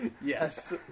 Yes